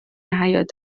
حیات